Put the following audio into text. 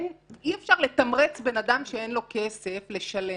אי-אפשר לתמרץ בן אדם שאין לו כסף לשלם,